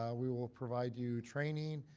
we will provide you training.